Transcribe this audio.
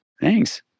Thanks